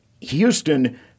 Houston